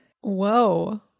Whoa